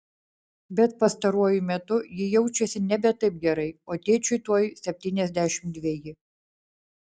bet pastaruoju metu ji jaučiasi nebe taip gerai o tėčiui tuoj septyniasdešimt dveji